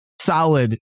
solid